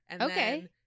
Okay